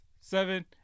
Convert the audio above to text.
seven